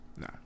no